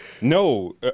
No